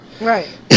right